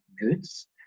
goods